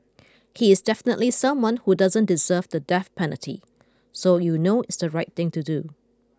he is definitely someone who doesn't deserve the death penalty so you know it's the right thing to do